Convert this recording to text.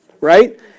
Right